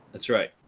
that's right.